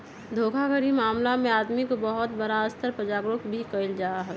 धोखाधड़ी मामला में आदमी के बहुत बड़ा स्तर पर जागरूक भी कइल जाहई